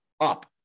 up